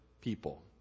people